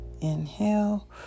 Inhale